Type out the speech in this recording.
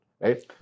right